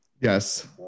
yes